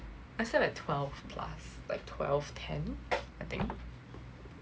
I slept at twelve plus like twelve ten I think